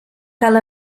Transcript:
cal